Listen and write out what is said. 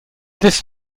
this